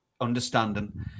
understanding